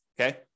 okay